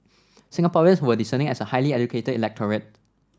Singaporeans were discerning as a highly educated electorate